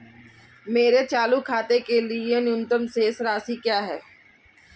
मेरे चालू खाते के लिए न्यूनतम शेष राशि क्या है?